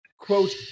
quote